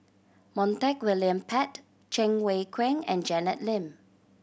Montague William Pett Cheng Wai Keung and Janet Lim